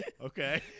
Okay